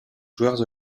joueurs